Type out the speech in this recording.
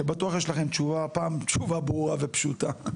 שבטוח יש לכם תשובה, הפעם תשובה ברורה ופשוטה.